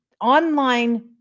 Online